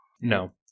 No